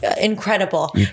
incredible